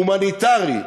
הומניטרי,